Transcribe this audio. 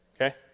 Okay